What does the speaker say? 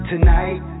Tonight